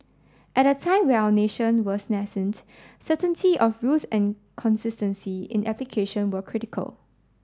at a time where our nation was nascent certainty of rules and consistency in application were critical